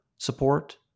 Support